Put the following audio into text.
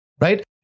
Right